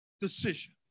decision